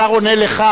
השר עונה לך.